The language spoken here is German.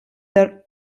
der